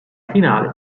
finale